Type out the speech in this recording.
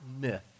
myth